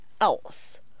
else